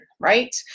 right